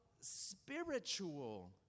spiritual